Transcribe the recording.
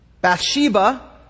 Bathsheba